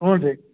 ಹ್ಞೂ ರೀ